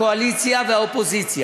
הקואליציה והאופוזיציה.